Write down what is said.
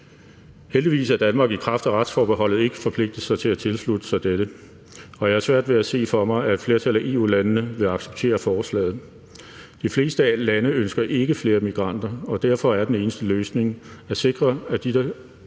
Heldigvis er Danmark i kraft af retsforbeholdet ikke forpligtet til at tilslutte sig dette, og jeg har svært ved at se for mig, at flertallet af EU-landene vil acceptere forslaget. De fleste lande ønsker ikke flere migranter, og derfor er den eneste løsning at sikre, at de holder